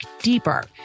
deeper